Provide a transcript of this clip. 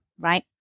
right